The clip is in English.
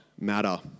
matter